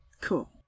Cool